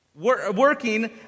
working